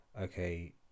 okay